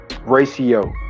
ratio